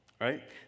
right